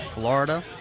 florida.